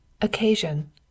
Occasion